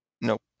Nope